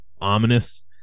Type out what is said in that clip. ominous